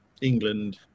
England